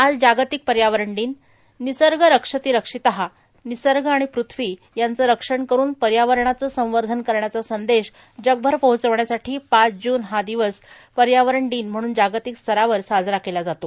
आज जागतिक पर्यावरण दिन निसर्ग रक्षति रक्षितः निसर्ग आणि पृथ्वी यांचं रक्षण करून पर्यावरणाचे संवर्धन करण्याचा संदेश जगभर पोहचविण्यासाठी पाच जून हा दिवस पर्यावरण दिन म्हणून जागतिक स्तरावर साजरा केला जातो